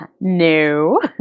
No